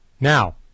Now